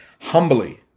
Humbly